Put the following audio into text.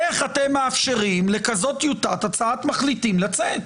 איך אתם מאפשרים לכזאת טיוטת הצעת מחליטים לצאת?